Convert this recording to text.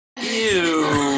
Ew